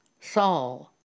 Saul